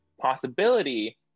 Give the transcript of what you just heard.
possibility